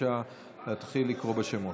בבקשה להתחיל לקרוא בשמות.